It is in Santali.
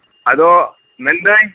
ᱟᱫᱚ ᱢᱮᱱᱫᱟᱹᱧ